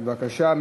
בבקשה.